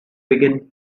begin